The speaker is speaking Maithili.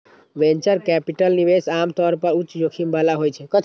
वेंचर कैपिटल निवेश आम तौर पर उच्च जोखिम बला होइ छै